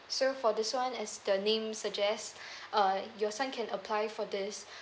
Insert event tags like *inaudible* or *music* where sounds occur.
so for this one as the name suggests *breath* uh your son can apply for this